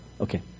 Okay